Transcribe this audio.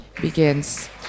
begins